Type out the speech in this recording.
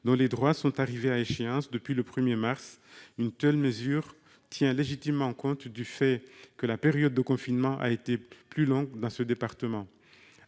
dont les droits sont arrivés à échéance depuis le 1 mars dernier. Cette mesure tient légitimement compte du fait que la période de confinement a été plus longue dans ce département.